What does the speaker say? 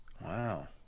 Wow